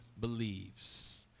believes